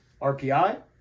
RPI